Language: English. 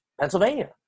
Pennsylvania